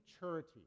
maturity